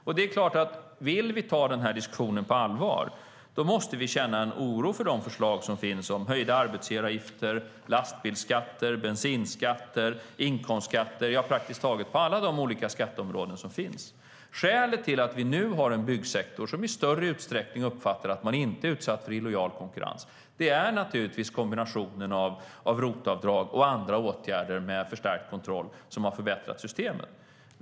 Om vi vill ta diskussionen på allvar är det klart att vi måste känna oro för förslagen om höjda arbetsgivaravgifter, lastbilsskatter, bensinskatter, inkomstskatter, ja praktiskt taget alla olika skatteområden som finns. Skälet till att vi nu har en byggsektor som i större utsträckning uppfattar att man inte är utsatt för illojal konkurrens är kombinationen av ROT-avdrag och andra åtgärder med förstärkt kontroll som har förbättrat systemet.